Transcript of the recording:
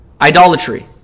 Idolatry